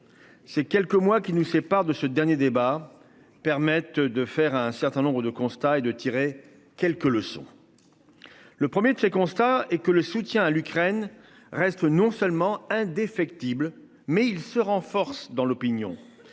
Ces quelques mois qui nous séparent de ce dernier débat permette de faire un certain nombre de constats et de tirer quelques leçons. Le 1er de ces constats et que le soutien à l'Ukraine reste non seulement indéfectible mais il se renforce dans l'opinion